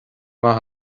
maith